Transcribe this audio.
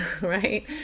right